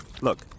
Look